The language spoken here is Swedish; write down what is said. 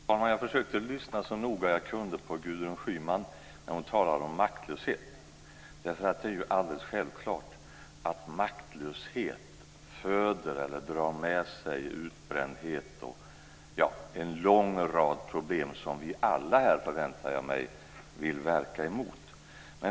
Fru talman! Jag försökte lyssna så noga jag kunde på Gudrun Schyman när hon talade om maktlöshet. Det är ju alldeles självklart att maktlöshet föder eller drar med sig utbrändhet och en lång rad problem som vi alla här, förväntar jag mig, vill verka emot.